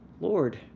Lord